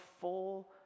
full